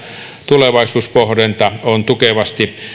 tulevaisuuspohdinta on tukevasti